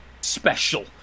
special